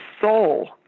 soul